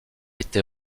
été